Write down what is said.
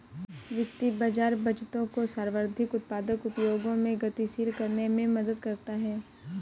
वित्तीय बाज़ार बचतों को सर्वाधिक उत्पादक उपयोगों में गतिशील करने में मदद करता है